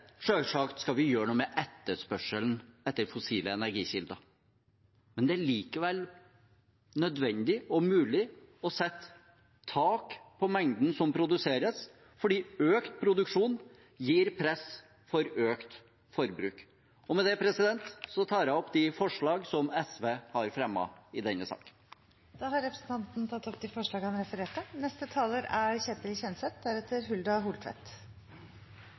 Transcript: skal vi gjøre noe med etterspørselen etter fossile energikilder, men det er likevel nødvendig og mulig å sette tak på mengden som produseres, for økt produksjon gir press for økt forbruk. Med det tar jeg opp forslaget fra SV og Miljøpartiet De Grønne i denne saken. Representanten Lars Haltbrekken har tatt opp det forslaget han refererte